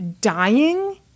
dying